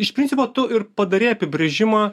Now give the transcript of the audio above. iš principo tu ir padarei apibrėžimą